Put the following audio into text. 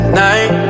night